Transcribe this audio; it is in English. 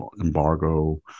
embargo